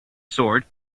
sword